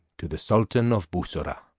to the sultan of bussorah,